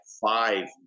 five